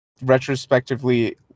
retrospectively